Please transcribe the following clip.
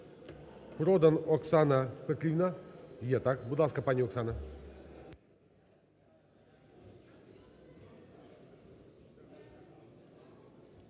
Продан Оксана Петрівна.